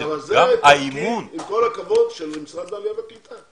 עם כל הכבוד, זה תפקיד של משרד העלייה והקליטה.